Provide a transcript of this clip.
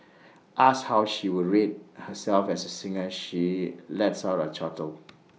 asked how she would rate herself as A singer she lets out A chortle